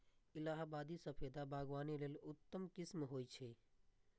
इलाहाबादी सफेदा बागवानी लेल उत्तम किस्म होइ छै